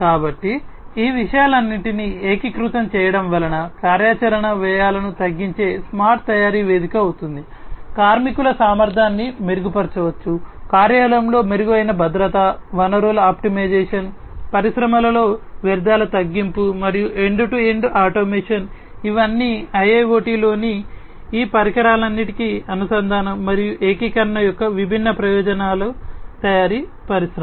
కాబట్టి ఈ విషయాలన్నింటినీ ఏకీకృతం చేయడం వలన కార్యాచరణ వ్యయాలను తగ్గించే స్మార్ట్ తయారీ వేదిక అవుతుంది కార్మికుల సామర్థ్యాన్ని మెరుగుపరచవచ్చు కార్యాలయంలో మెరుగైన భద్రత వనరుల ఆప్టిమైజేషన్ పరిశ్రమలలో వ్యర్థాల తగ్గింపు మరియు ఎండ్ టు ఎండ్ ఆటోమేషన్ ఇవన్నీ IIoT లోని ఈ పరికరాలన్నింటికీ అనుసంధానం మరియు ఏకీకరణ యొక్క విభిన్న ప్రయోజనాలు తయారీ పరిశ్రమ